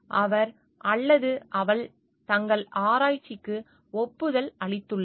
அவர் அல்லது அவள் தங்கள் ஆராய்ச்சிக்கு ஒப்புதல் அளித்துள்ளனர்